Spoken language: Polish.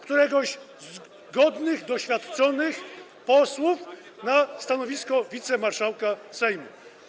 któregoś z godnych, doświadczonych posłów na stanowisko wicemarszałka Sejmu.